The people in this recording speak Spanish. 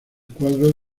cuadro